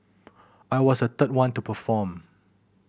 I was the third one to perform